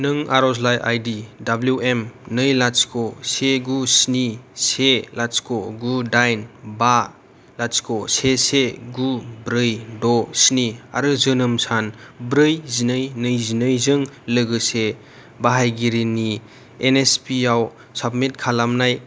नों आरजलाइ I D W M नै लाथिख' से गु स्नि से लाथिख' गु दाइन बा लाथिख' से से गु ब्रै द' स्नि आरो जोनोम सान ब्रै जिनै नैजिनैजों लोगोसे बाहायगिरिनि एन एस पी आव साबमिट खालामनाय